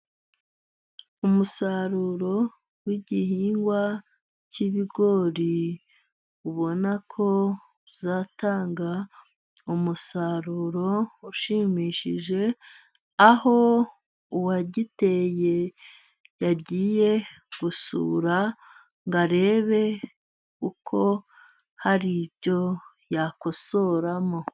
Umusaruro w'igihingwa cy'ibigori, ubona ko uzatanga umusaruro ushimishije, aho uwagiteye yagiye gusura ngo arebe uko hari ibyo yakosoramo.